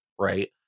right